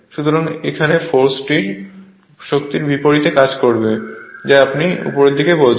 সুতরাং এখানে ফোর্সটি শক্তির বিপরীতে কাজ করছে আপনি যাকে উপরের দিকে বলছেন